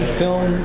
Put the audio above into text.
film